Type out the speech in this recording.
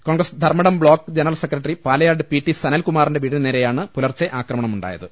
Congress Dharmadam block general secretary Palayad P T Sanal കുമാറിന്റെ വീടിനു നേരെയാണ് പുലർച്ചെ ആക്രമണമുണ്ടായത്